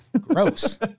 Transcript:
Gross